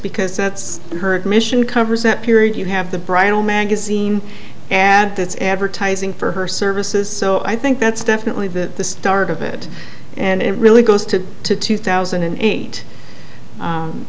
because that's her commission covers that period you have the bridal magazine and it's advertising for her services so i think that's definitely the start of it and it really goes to to two thousand and eight